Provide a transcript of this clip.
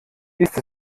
ist